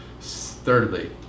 Thirdly